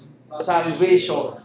Salvation